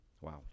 Wow